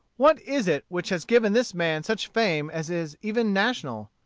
what is it which has given this man such fame as is even national?